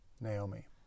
Naomi